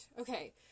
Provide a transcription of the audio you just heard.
Okay